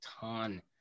ton